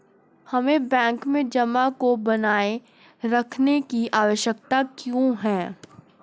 हमें बैंक में जमा को बनाए रखने की आवश्यकता क्यों है?